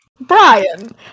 Brian